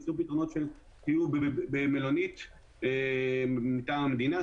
שיהיו במלונית מטעם המדינה,